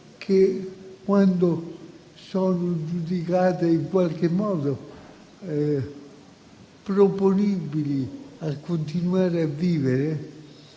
che, quando sono giudicate in qualche modo proponibili a continuare a vivere,